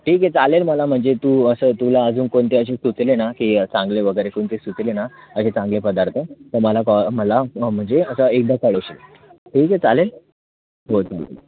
ठीक आहे चालेल मला म्हणजे तू असं तुला अजून कोणते असे सुचले ना की चांगले वगैरे कोणते सुचले ना असे चांगले पदार्थ तर मला कॉ मला म्हणजे असं एकदा कळवशील ठीक आहे चालेल हो चालेल